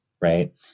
right